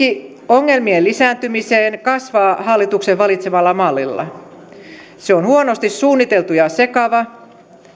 ongelmien lisääntymiseen kasvaa hallituksen valitsemalla mallilla se on huonosti suunniteltu ja sekava